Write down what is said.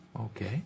Okay